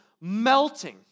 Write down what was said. melting